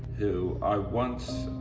who i once